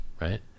Right